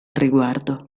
riguardo